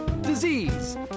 disease